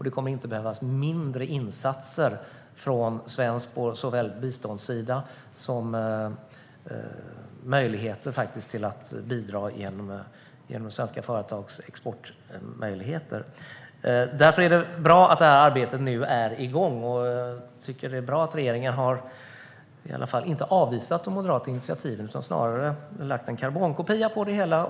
Det kommer inte heller att behövas färre insatser från svenskt bistånd eller möjligheter att bidra genom svenska företags export. Därför är det bra att arbetet är igång och att regeringen inte har avvisat de moderata initiativen utan snarare gjort en karbonkopia på det hela.